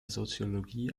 soziologie